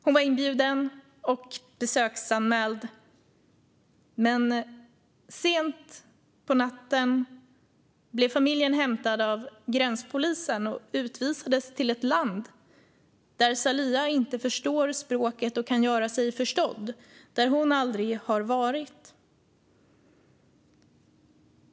Hon var inbjuden och besöksanmäld, men sent på natten blev familjen hämtad av gränspolisen och utvisad till ett land som Saliha aldrig varit i och där hon inte förstår språket och inte kan göra sig förstådd.